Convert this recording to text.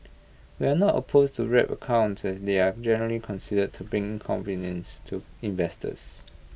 we are not opposed to wrap accounts as they are generally considered to bring convenience to investors